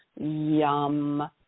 yum